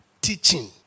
teaching